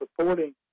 Supporting